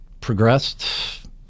progressed